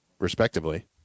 respectively